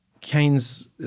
Keynes